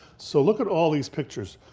so look at all these pictures.